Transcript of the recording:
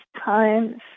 times